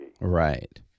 Right